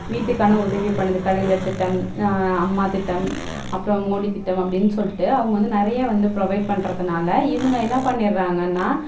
வீட்டுக்கான உதவியை பண்ணுது கலைஞர் திட்டம் அம்மா திட்டம் அப்புறம் மோடி திட்டம் அப்படினு சொல்லிட்டு அவங்க வந்து நிறைய வந்து ப்ரொவைட் பண்ணுறதுனால இவங்க என்ன பண்ணிவிட்றாங்கனா